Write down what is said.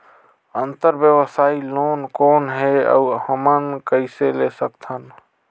अंतरव्यवसायी लोन कौन हे? अउ हमन कइसे ले सकथन?